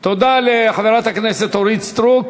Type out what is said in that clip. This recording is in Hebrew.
תודה לחברת הכנסת אורית סטרוק.